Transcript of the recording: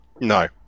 No